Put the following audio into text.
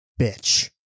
bitch